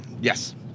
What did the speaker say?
Yes